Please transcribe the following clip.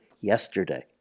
yesterday